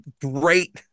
great